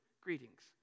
greetings